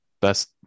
best